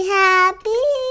happy